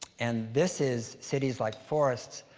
and this is cities like forests.